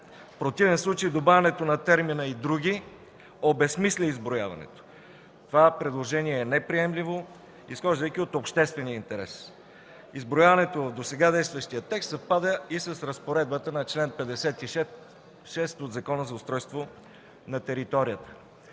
противен случай добавянето на термина „и други” обезсмисля изброяването. Това предложение е неприемливо, изхождайки от обществения интерес. Изброяването в досега действащия текст съвпада и с разпоредбата на чл. 56 от Закона за устройство на територията.